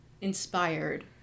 inspired